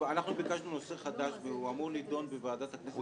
אנחנו ביקשנו נושא חדש והוא אמור להידון בוועדת הכנסת ב-11:30.